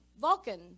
Vulcan